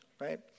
right